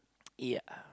ya